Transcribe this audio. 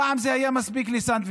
פעם זה היה מספיק לסנדוויץ'.